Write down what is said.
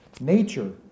Nature